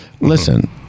Listen